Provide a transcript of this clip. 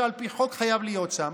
שעל פי חוק חייב להיות שם.